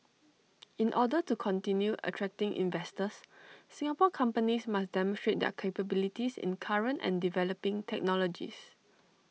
in order to continue attracting investors Singapore companies must demonstrate their capabilities in current and developing technologies